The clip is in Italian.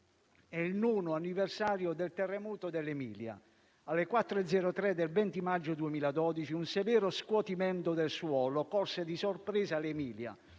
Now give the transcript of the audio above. è il nono anniversario del terremoto dell'Emilia. Alle ore 4,03 del 20 maggio 2012, un severo scuotimento del suolo colse di sorpresa l'Emilia;